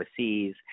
overseas